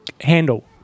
handle